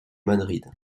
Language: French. madrid